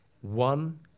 One